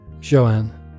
Joanne